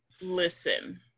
Listen